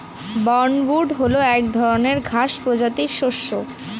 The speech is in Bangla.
বার্নইয়ার্ড হল এক ধরনের ঘাস প্রজাতির শস্য